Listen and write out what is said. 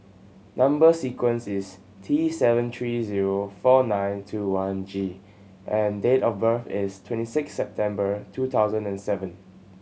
number sequence is T seven three zero four nine two one G and date of birth is twenty six September two thousand and seven